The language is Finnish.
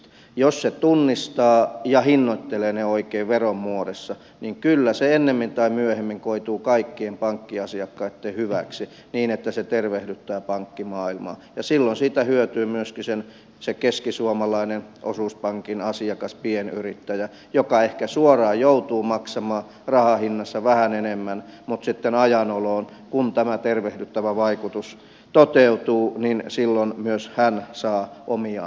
jos se tunnistaa ja hinnoittelee ne oikein veron muodossa niin kyllä se ennemmin tai myöhemmin koituu kaikkien pankkiasiakkaitten hyväksi niin että se tervehdyttää pankkimaailmaa ja silloin siitä hyötyy myöskin se keskisuomalainen osuuspankin asiakas pienyrittäjä joka ehkä suoraan joutuu maksamaan rahan hinnassa vähän enemmän mutta sitten ajan oloon kun tämä tervehdyttävä vaikutus toteutuu silloin myös hän saa omiaan takaisin